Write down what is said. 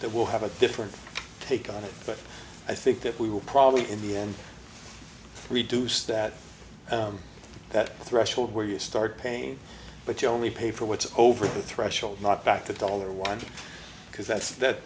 that will have a different take on it but i think that we will probably in the end reduce that that threshold where you start paying but you only pay for what's over the threshold not back to dollar one because that's that